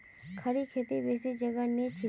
खड़ी खेती बेसी जगह नी लिछेक